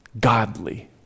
godly